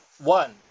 one